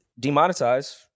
demonetize